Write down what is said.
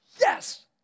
yes